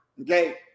Okay